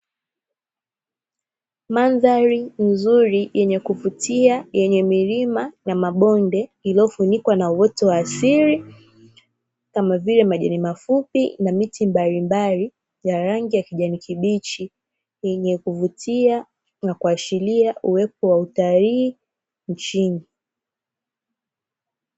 Mandhari nzuri yenye kuvutia yenye milima na mabonde iliyofunikwa na uoto wa asili, kama vile majani mafupi, na miti mbalimbali ya rangi ya kijani kibichi yenye kuvutia, na kuashiria uwepo wa utalii nchini.